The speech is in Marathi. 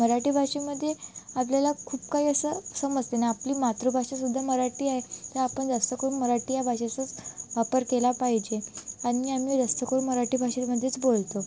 मराठी भाषेमध्ये आपल्याला खूप काही असं समजते ना आपली मातृभाषा सुद्धा मराठी आहे तर आपण जास्त करून मराठी या भाषेचाच वापर केला पाहिजे आणि आम्ही जास्त करून मराठी भाषेमध्येच बोलतो